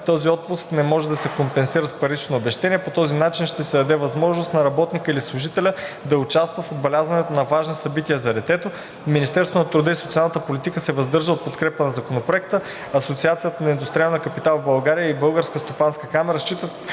Този отпуск не може да се компенсира с парично обезщетение. По този начин ще се даде възможност на работника или служителя да участва в отбелязването на важни събития за детето. Министерството на труда и социалната политика се въздържа от подкрепа на Законопроекта. Асоциацията на индустриалния капитал в България и Българската стопанска камара считат,